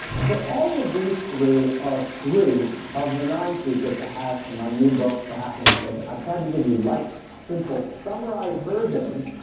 so all of these three are three of the nine secrets i have in my new book, the happiness equation. i've tried to give you light, simple, summarized versions,